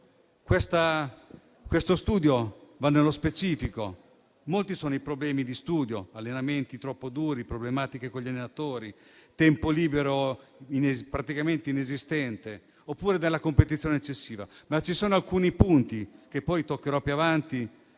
Lo studio va nello specifico: molti sono i problemi, tra cui ragioni di studio, allenamenti troppo duri, problematiche con gli allenatori, tempo libero praticamente inesistente oppure competizione eccessiva. Ci sono però alcuni punti, che toccherò più avanti,